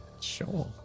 Sure